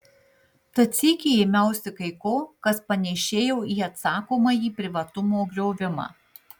tad sykį ėmiausi kai ko kas panėšėjo į atsakomąjį privatumo griovimą